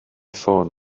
ffôn